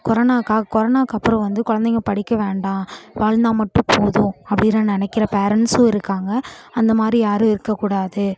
corona கொரோனாவுக்கு அப்புறம் வந்து குழந்தைங்க படிக்க வேண்டாம் வாழ்ந்தால் மட்டும் போதும் அப்படிலாம் நினைக்குற பேரண்ட்ஸ்ஸும் இருக்காங்க அந்தமாதிரி யாரும் இருக்க கூடாது